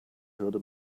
hörte